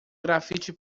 grafite